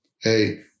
hey